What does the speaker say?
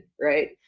right